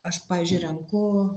aš pavyzdžiui renku